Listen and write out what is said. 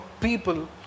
people